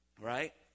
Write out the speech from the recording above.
right